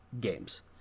games